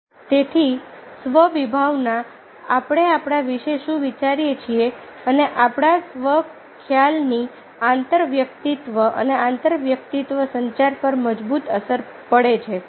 તેથી સ્વ વિભાવનાઆપણે આપણા વિશે શું વિચારીએ છીએઅને આપણા સ્વખ્યાલની આંતરવ્યક્તિત્વ અને આંતરવ્યક્તિત્વ સંચાર પર મજબૂત અસર પડે છે